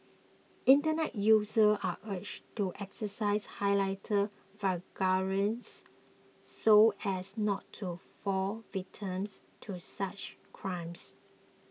internet users are urged to exercise highlight so as not to fall victims to such crimes